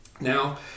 Now